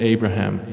Abraham